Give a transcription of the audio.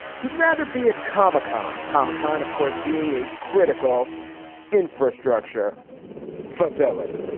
he'd rather be at comic-con. comic-con, of course, being a critical infrastructure facility.